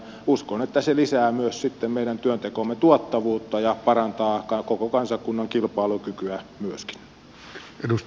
uskon että se lisää myös sitten meidän työntekomme tuottavuutta ja parantaa koko kansakunnan kilpailukykyä myöskin